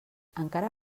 encara